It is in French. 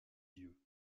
dieux